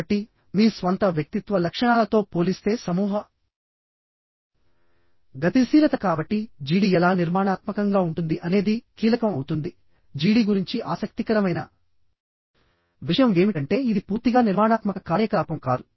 కాబట్టి మీ స్వంత వ్యక్తిత్వ లక్షణాలతో పోలిస్తే సమూహ గతిశీలత కాబట్టి GD ఎలా నిర్మాణాత్మకంగా ఉంటుంది అనేది కీలకం అవుతుంది GD గురించి ఆసక్తికరమైన విషయం ఏమిటంటే ఇది పూర్తిగా నిర్మాణాత్మక కార్యకలాపం కాదు